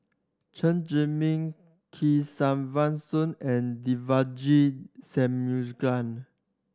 Chen Zhiming Kesavan Soon and Devagi Sanmugam